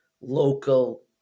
local